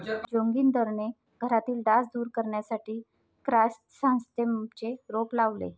जोगिंदरने घरातील डास दूर करण्यासाठी क्रायसॅन्थेममचे रोप लावले